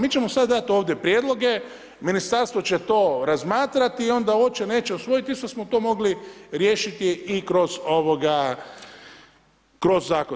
Mi ćemo sad dati ovdje prijedloge, ministarstvo će to razmatrati i onda hoće, neće usvojiti isto smo to mogli riješiti i kroz zakon.